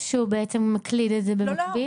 שהוא מקליד את זה במקביל?